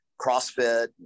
CrossFit